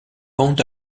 pond